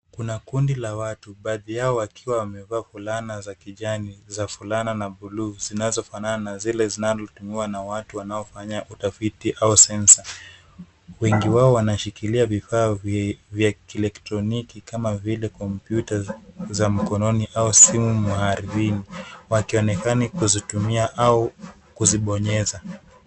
Kuna kundi la watu baadhi yao wakiwa wamevaa fulana za kijani za fulana na buluu, zinazofanana na zile zinazotumiwa na watu wanaofanya utafiti au censor . Wengi wao wanashikilia vifaa vya kielektroniki kama vile kompyuta za mkononi au simu maarvini. Wakionekani kuzitumia au kuzibonyeza.